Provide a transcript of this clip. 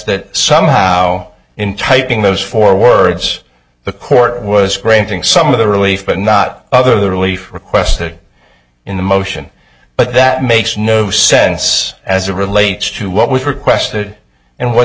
that somehow in typing those four words the court was granting some of the relief but not other the relief requested in the motion but that makes no sense as a relates to what was requested and what